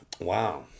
Wow